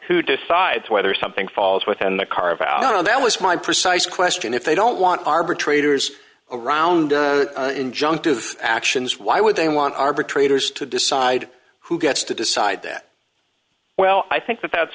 who decides whether something falls within the carve out on that was my precise question if they don't want arbitrators around injunctive actions why would they want arbitrators to decide who gets to decide that well i think that